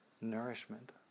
nourishment